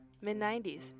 Mid-90s